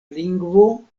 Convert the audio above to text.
lingvo